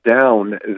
down